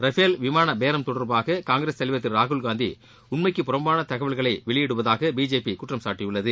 Rafale விமான பேரம் தொடர்பாக காங்கிரஸ் தலைவர் திரு ராகுல்காந்தி உண்மைக்கு புறம்பான தகவல்களை வெளியிடுவதாக பிஜேபி குற்றம் சாட்டியுள்ளது